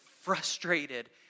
frustrated